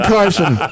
Carson